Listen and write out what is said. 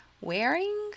wearing